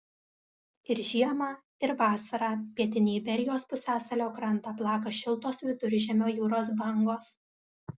ir žiemą ir vasarą pietinį iberijos pusiasalio krantą plaka šiltos viduržemio jūros bangos